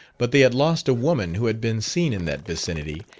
but they had lost a woman who had been seen in that vicinity,